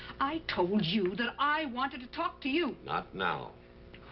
i told you that i wanted to talk to you. not now.